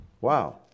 Wow